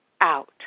out